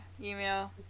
email